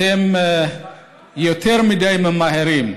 אתם יותר מדי ממהרים.